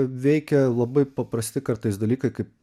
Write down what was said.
veikia labai paprasti kartais dalykai kaip